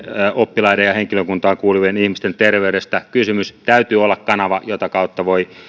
oppilaiden ja henkilökuntaan kuuluvien ihmisten terveydestä kysymys täytyy olla kanava jota kautta voi